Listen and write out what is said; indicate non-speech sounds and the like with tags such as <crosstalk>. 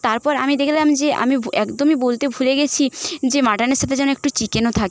তারপর আমি দেখলাম যে আমি <unintelligible> একদমই বলতে ভুলে গেছি যে মাটানের সাথে যেন একটু চিকেনও থাকে